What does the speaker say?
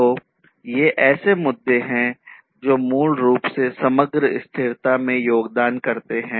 तो ये ऐसे मुद्दे हैं जो मूल रूप से समग्र स्थिरता में योगदान करते हैं